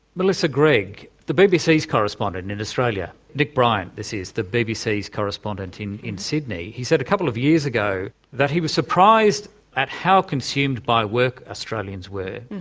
melissa greg, the bbc's correspondent in australia, nick bryant, this is the bbc's correspondent in in sydney, he said a couple of years ago that he was surprised at how consumed by work australians were,